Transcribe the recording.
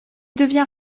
devient